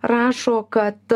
rašo kad